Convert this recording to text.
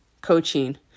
coaching